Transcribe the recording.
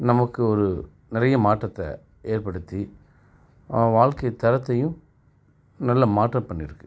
நமக்கு ஒரு நிறைய மாற்றத்தை ஏற்படுத்தி வாழ்க்கை தரத்தையும் நல்ல மாற்றம் பண்ணிருக்கு